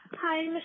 Hi